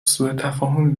سوتفاهمی